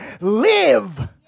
live